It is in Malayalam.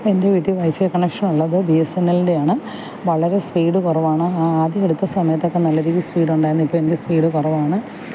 എൻ്റെ വീട്ടിൽ വൈഫൈ കണക്ഷൻ ഉള്ളത് ബി എസ് എൻ എല്ലിൻ്റെ ആണ് വളരെ സ്പീഡ് കുറവാണ് ആ ആദ്യം എടുത്ത സമയത്തൊക്കെ നല്ല രീതിയിൽ സ്പീഡ് ഉണ്ടായിരുന്നു ഇപ്പോൾ ഇതിൻ്റെ സ്പീഡ് കുറവാണ്